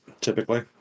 typically